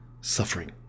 suffering